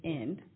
end